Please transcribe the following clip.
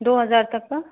दो हज़ार तक का